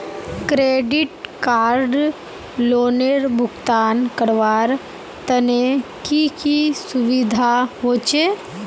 Credit card लोनेर भुगतान करवार तने की की सुविधा होचे??